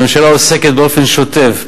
הממשלה עוסקת באופן שוטף,